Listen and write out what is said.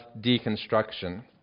deconstruction